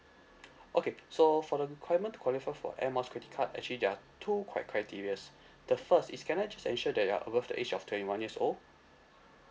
okay so for the requirement to qualify for air miles credit card actually there're two cri~ criterias the first is can I just ensure that you are above the age of twenty one years old